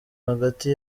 hagati